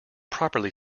properly